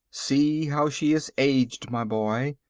see how she has aged, my boy,